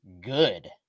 good